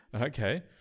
Okay